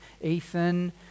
Ethan